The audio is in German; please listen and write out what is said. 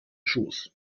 schoß